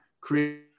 create